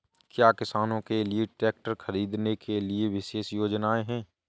क्या किसानों के लिए ट्रैक्टर खरीदने के लिए विशेष योजनाएं हैं?